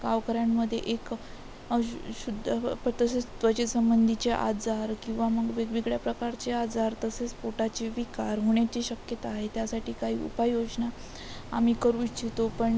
गावकऱ्यांमध्ये एक अशु शुद्ध व प् तसेच त्वचेसंंबंधीचे आजार किंवा मग वेगवेगळ्या प्रकारचे आजार तसेच पोटाचे विकार होण्याची शक्यता आहे त्यासाठी काही उपाययोजना आम्ही करू इच्छितो पण